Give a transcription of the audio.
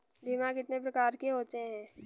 बीमा कितने प्रकार के होते हैं?